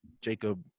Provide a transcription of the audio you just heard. Jacob